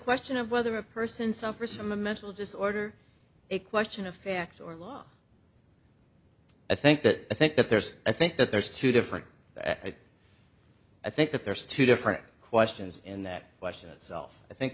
question of whether a person suffers from a mental disorder a question of fact or law i think that i think that there's i think that there's two different i think that there's two different questions in that question itself i think